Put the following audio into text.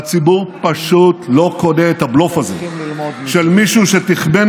והציבור פשוט לא קונה את הבלוף הזה של מישהו שתכנן